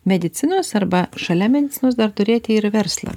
medicinos arba šalia medicinos dar turėti ir verslą